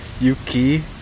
Yuki